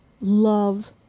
love